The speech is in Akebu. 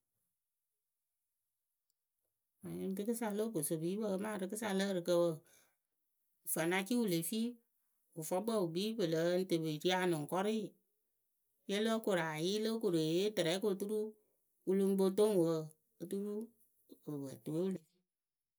Ǝŋ rɨkɨsa lo okosopipǝ amaa rɨkɨsa lǝ ǝrɨkǝ wǝǝ fanacɩwǝ wɨ le fii wɨfʊkpǝ wɨ kpii pɨ lɨŋ tɨ pɨ ri anʊkɔrɩ. Rɛ lóo koru ayɩ lóo koru eyee tɨrɛ koturu wɨ lɨŋ po toŋ wǝǝ.